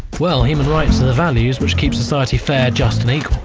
well, human rights values which keep society fair, just and equal.